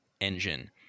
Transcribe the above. engine